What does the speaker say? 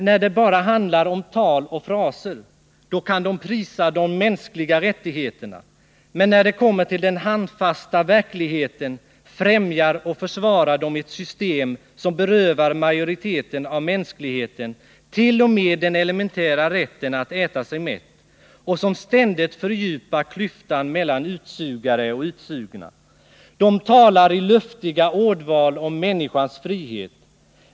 När det bara handlar om fraser kan de prisa de mänskliga rättigheterna, men när det kommer till den handfasta verkligheten främjar och försvarar de ett system som berövar majoriteten av mänskligheten t.o.m. den elementära rätten att äta sig mätt och som ständigt fördjupar klyftan mellan utsugare och utsugna. De talar i luftiga termer om människans frihet.